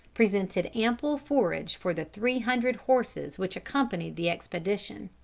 presented ample forage for the three hundred horses which accompanied the expedition.